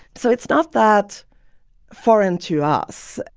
so it's not that foreign to us.